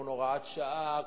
הוראת שעה,